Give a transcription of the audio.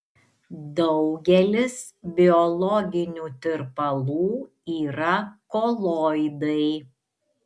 daugelis biologinių tirpalų yra koloidai